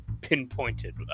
pinpointed